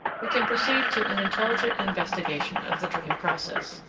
we can proceed to an intelligent investigation of the dream process.